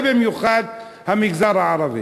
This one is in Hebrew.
ובמיוחד המגזר הערבי,